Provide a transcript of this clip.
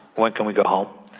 when can we go home?